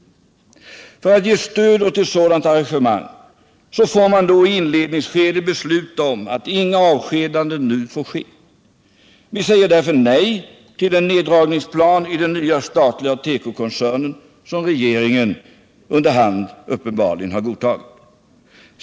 För att ge stöd åt ett sådant arrangemang får man då i inledningsskedet berätta om att inga avskedanden nu får ske. Vi säger därför nej till den neddragningsplan i den nya statliga tekokoncernen som regeringen under hand uppenbarligen har godtagit.